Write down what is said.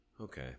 Okay